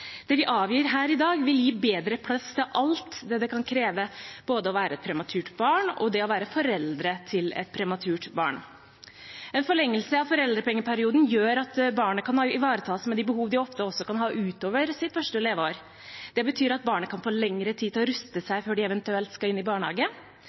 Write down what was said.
Det vi avgir her i dag, vil gi bedre plass til alt hva det kan kreve å være et prematurt barn og det å være foreldre til et prematurt barn. En forlengelse av foreldrepengeperioden gjør at barnet kan ivaretas med de behovene det ofte kan ha også utover sitt første leveår. Det betyr at barnet kan få lengre tid til å ruste